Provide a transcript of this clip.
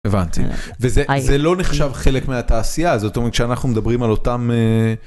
הבנתי, וזה לא נחשב חלק מהתעשייה, זאת אומרת כשאנחנו מדברים על אותם.